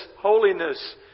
Holiness